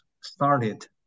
started